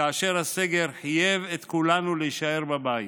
כאשר הסגר חייב את כולנו להישאר בבית.